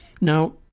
Now